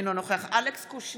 אינו נוכח אלכס קושניר,